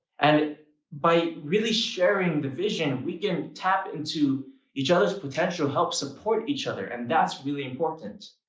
and by really sharing the vision, we can tap into each other's potential. help support each other. and that's really important.